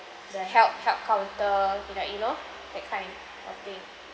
the help help counter it like you know that kind of thing